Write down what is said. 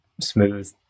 smooth